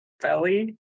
belly